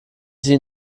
sie